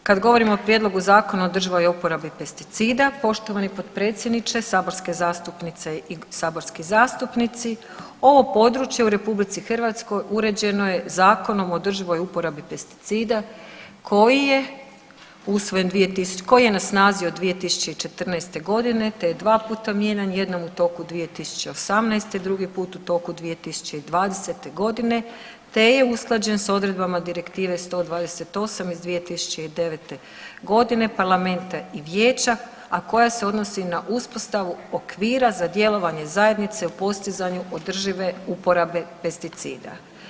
Također, kad govorimo o Prijedlogu Zakona o održivoj uporabi pesticida poštovani potpredsjedniče, saborske zastupnice i saborski zastupnici, ovo područje u RH uređeno je Zakonom o održivoj uporabi pesticida koji je usvojen, koji je na snazi od 2014. godine te je 2 puta mijenjan, jednom u toku 2018., drugi put u toku 2020. godine te je usklađen s odredbama Direktive 128 iz 2009. godine parlamenta i vijeća, a koja se odnosi na uspostavu okvira za djelovanje zajednice u postizanju održive uporabe pesticida.